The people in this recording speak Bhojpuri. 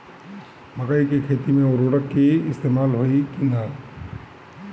मकई के खेती में उर्वरक के प्रयोग होई की ना?